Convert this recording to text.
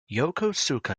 yokosuka